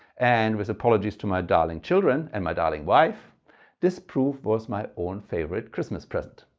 and with apologies to my darling children and my darling wife this proof was my own favorite christmas present.